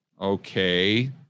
Okay